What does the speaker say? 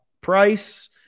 price